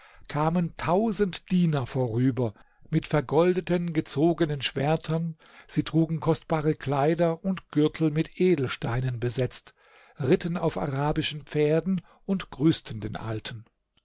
kamen tausend diener vorüber mit vergoldeten gezogenen schwertern sie trugen kostbare kleider und gürtel mit edelsteinen besetzt ritten auf arabischen pferden und grüßten den alten